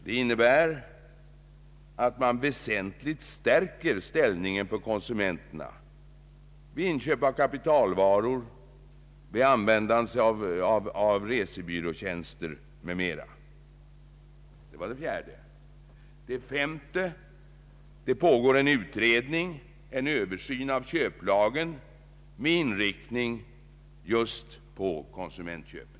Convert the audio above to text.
Det innebär, att man väsentligt stärker konsumenternas ställning vid inköp av För det femte pågår en översyn av köplagen med inriktning just på konsumentköpen.